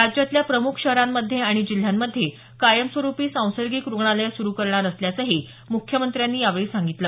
राज्यातल्या प्रमुख शहरामंध्ये आणि जिल्ह्यामंध्ये कायमस्वरुपी सांसर्गिक रुग्णालयं सुरु करणार असल्याचंही मुख्यमंत्र्यांनी यावेळी सांगितलं